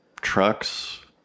Trucks